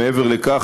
מעבר לכך,